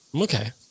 Okay